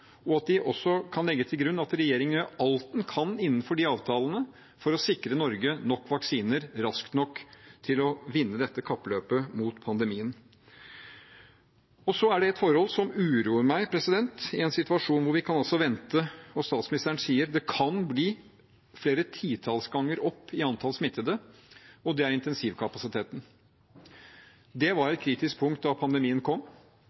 og at de også kan legge til grunn at regjeringen vil gjøre alt den kan innenfor de avtalene for å sikre Norge nok vaksiner raskt nok til å vinne dette kappløpet mot pandemien. I en situasjon hvor vi altså kan vente oss, og statsministeren sier det kan bli, flere titalls ganger opp i antall smittede, er det et forhold som uroer meg, og det er intensivkapasiteten. Det var et kritisk punkt da pandemien kom.